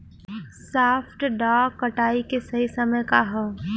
सॉफ्ट डॉ कटाई के सही समय का ह?